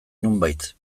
nonbait